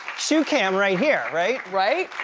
shoe cam right here, right? right?